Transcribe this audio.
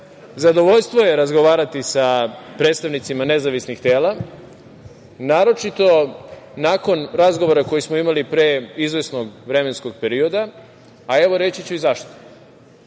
zadovoljstvo je razgovarati sa predstavnicima nezavisnih tela, naročito nakon razgovora koji smo imali pre izvesnog vremenskog perioda, a, evo, reći ću i zašto. Dakle,